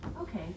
Okay